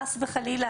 חס וחלילה,